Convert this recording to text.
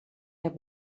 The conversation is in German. der